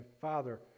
father